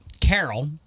Carol